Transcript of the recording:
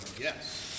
yes